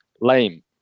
lame